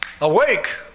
Awake